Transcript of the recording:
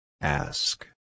Ask